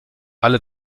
alle